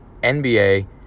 NBA